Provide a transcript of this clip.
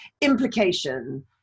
Implication